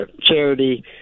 charity